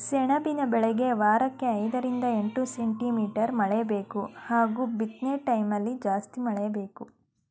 ಸೆಣಬಿನ ಬೆಳೆಗೆ ವಾರಕ್ಕೆ ಐದರಿಂದ ಎಂಟು ಸೆಂಟಿಮೀಟರ್ ಮಳೆಬೇಕು ಹಾಗೂ ಬಿತ್ನೆಟೈಮ್ಲಿ ಜಾಸ್ತಿ ಮಳೆ ಬೇಕು